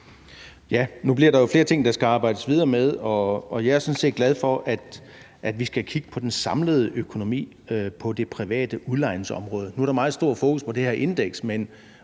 Nu bliver der jo flere ting, der skal arbejdes videre med, og jeg er sådan set glad for, at vi skal kigge på den samlede økonomi på det private udlejningsområde. Nu er der meget stort fokus på det her indeks,